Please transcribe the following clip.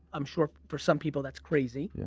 i'm sure for some people that's crazy. yeah